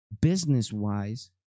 business-wise